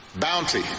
bounty